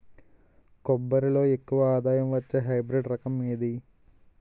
కొబ్బరి లో ఎక్కువ ఆదాయం వచ్చే హైబ్రిడ్ రకం ఏది?